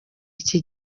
iki